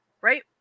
Right